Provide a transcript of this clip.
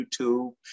YouTube